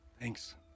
Thanks